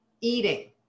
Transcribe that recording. eating